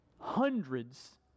hundreds